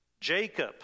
Jacob